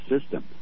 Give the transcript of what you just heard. system